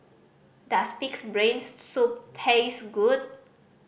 does Pig's Brain Soup taste good